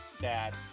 Dad